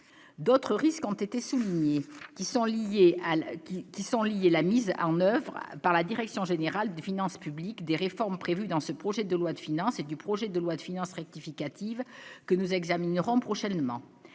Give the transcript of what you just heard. d'autres risques ont été soulignés qui sont liés à l'qui sont liés à la mise en oeuvre par la direction générale des finances publiques des réformes prévues dans ce projet de loi de finances et du projet de loi de finances rectificative, que nous examinerons prochainement